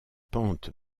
pentes